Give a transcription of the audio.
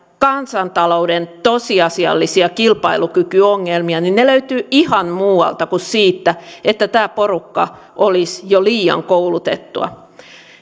kansantaloutemme tosiasiallisia kilpailukykyongelmia ne löytyvät ihan muualta kuin siitä että tämä porukka olisi jo liian koulutettua